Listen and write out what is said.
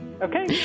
Okay